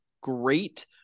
great